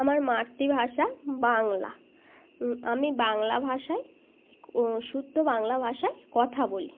আমার মাতৃভাষা বাংলা আমি বাংলা ভাষায় শুদ্ধ বাংলা ভাষায় কথা বলি